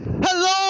Hello